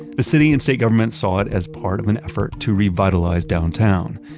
the city and state government saw it as part of an effort to revitalize downtown.